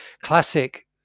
classic